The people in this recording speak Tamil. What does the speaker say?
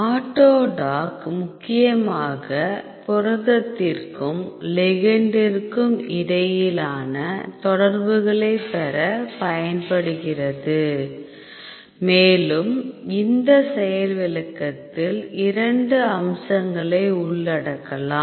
ஆட்டோடாக் முக்கியமாக புரதத்திற்கும் லிகெண்டிற்கும் இடையிலான தொடர்புகளைப் பெறப் பயன்படுகிறது மேலும் இந்த செயல்விளக்கத்தில் இரண்டு அம்சங்களை உள்ளடக்கலாம்